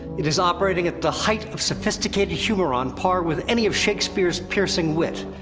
it is operating at the height of sophisticated humor, on par with any of shakespeare's piercing wit.